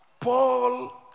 Paul